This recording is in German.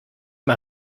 mal